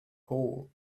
hole